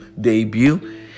debut